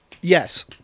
Yes